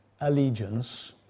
allegiance